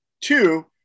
Two